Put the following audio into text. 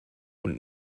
und